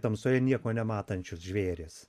tamsoje nieko nematančius žvėris